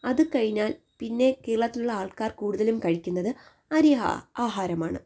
അതുകഴിഞ്ഞാൽ പിന്നെ കേരളത്തിലുള്ള ആള്ക്കാര് കൂടുതലും കഴിക്കുന്നത് അരി ആ ആഹാരമാണ്